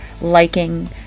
liking